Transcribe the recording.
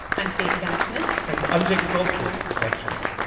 i'm stacey vanek-smith and i'm jacob goldstein. thanks for listening